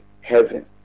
heaven